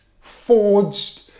forged